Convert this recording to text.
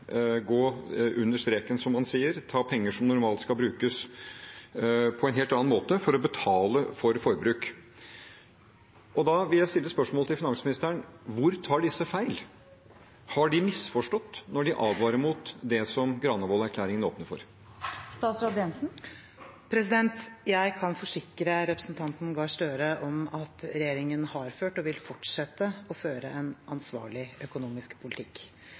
gå under streken, som man sier, ta penger som normalt skal brukes på en helt annen måte, for å betale for forbruk. Da vil jeg stille spørsmålet til finansministeren: Hvor tar disse feil? Har de misforstått når de advarer mot det som Granavolden-plattformen åpner for? Jeg kan forsikre representanten Gahr Støre om at regjeringen har ført og vil fortsette å føre en ansvarlig økonomisk politikk.